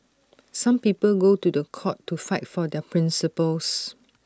some people go to The Court to fight for their principles